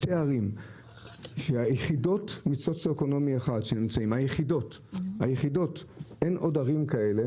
שתי ערים שהן היחידות מסוציואקונומי 1. אין עוד ערים כאלה